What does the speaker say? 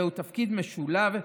זהו תפקיד משולב,